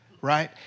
right